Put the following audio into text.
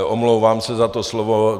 Omlouvám se za to slovo.